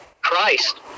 Christ